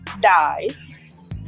Dies